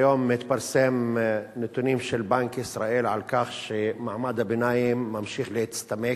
היום מתפרסמים נתונים של בנק ישראל על כך שמעמד הביניים ממשיך להצטמק,